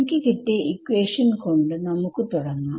എനിക്ക് കിട്ടിയ ഇക്വേഷൻ കൊണ്ട് നമുക്ക് തുടങ്ങാം